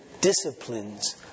disciplines